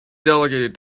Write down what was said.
delegated